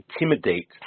intimidate